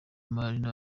imana